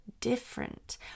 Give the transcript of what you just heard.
different